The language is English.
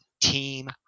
team